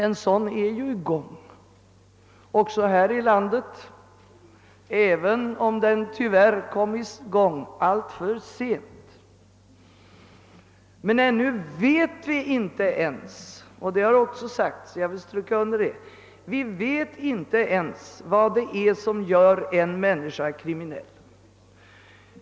En sådan forskning är ju också i gång här i landet, även om den tyvärr påbörjats alltför sent. Ännu vet vi inte ens — såsom redan sagts och som jag vill stryka under — vad det är som gör en människa kriminell.